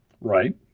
Right